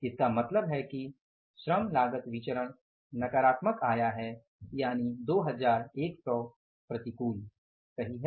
इसका मतलब है कि श्रम लागत विचरण नकारात्मक आया है यानि 2100 प्रतिकूल सही है